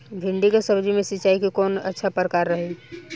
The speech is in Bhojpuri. भिंडी के सब्जी मे सिचाई के कौन प्रकार अच्छा रही?